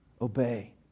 Obey